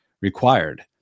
required